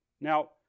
Now